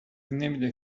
نمیده